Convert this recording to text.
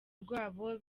rwabo